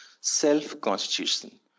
self-constitution